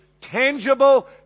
tangible